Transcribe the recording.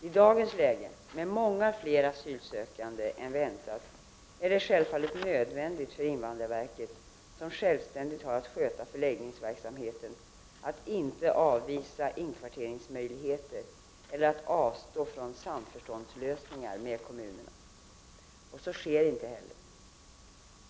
I dagens läge med många fler asylsökande än väntat, är det självfallet nödvändigt för invandrarverket, som självständigt har att sköta förläggningsverksamheten, att inte avvisa inkvarteringsmöjligheter eller avstå från samförståndslösningar med kommunerna. Och så sker inte heller!